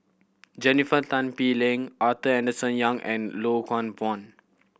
Jennifer Tan Bee Leng Arthur Henderson Young and Loh Hoong Kwan